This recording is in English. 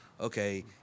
okay